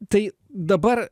tai dabar